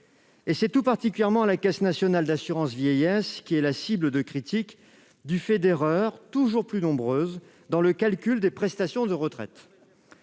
Et c'est tout particulièrement la Caisse nationale d'assurance vieillesse qui est la cible de critiques, du fait d'erreurs toujours plus nombreuses dans le calcul des prestations de retraite.